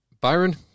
Byron